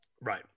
Right